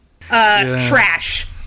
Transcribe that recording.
Trash